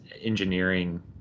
engineering